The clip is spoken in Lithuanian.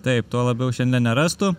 taip tuo labiau šiandien nerastų